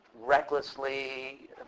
recklessly